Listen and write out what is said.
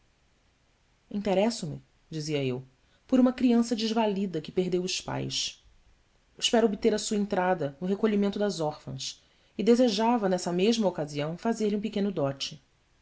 nteresso me dizia eu por uma criança desvalida que perdeu os pais espero obter a sua entrada no recolhimento das órfãs e desejava nessa mesma ocasião fazer-lhe um pequeno dote